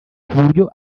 kuburyo